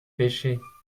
pêchait